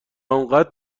اونقدر